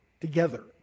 together